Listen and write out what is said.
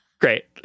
Great